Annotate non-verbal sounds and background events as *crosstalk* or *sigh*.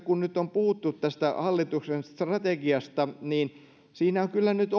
*unintelligible* kun nyt on puhuttu tästä hallituksen strategiasta niin minun mielestäni siinä arvostelussa on kyllä nyt *unintelligible*